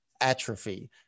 atrophy